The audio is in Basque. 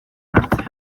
hartzea